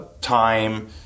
time